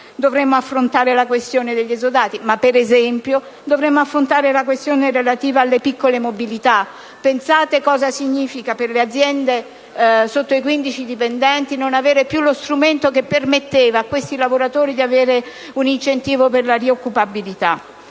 Dovremo affrontare la questione degli esodati, ma anche quella relativa alle piccole mobilità. Pensate cosa significa per le aziende sotto i 15 dipendenti non disporre più dello strumento che permetteva a questi lavoratori di avere un incentivo per la rioccupabilità.